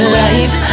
life